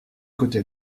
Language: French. côté